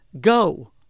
Go